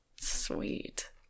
Sweet